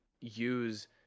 use